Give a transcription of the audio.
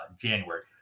January